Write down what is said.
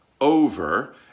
over